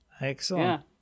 Excellent